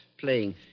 playing